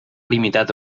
limitat